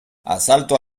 asalto